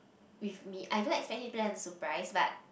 with me I don't expect him to plan a surprise but